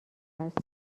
است